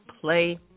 play